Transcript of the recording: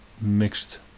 mixed